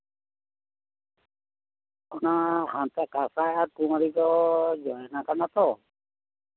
ᱚᱱᱟ ᱦᱟᱱᱟ ᱠᱟᱸᱥᱟᱭ ᱟᱨ ᱠᱩᱢᱟᱹᱨᱤ ᱫᱚ ᱡᱚᱭᱮᱱ ᱟᱠᱟᱱᱟ ᱛᱚ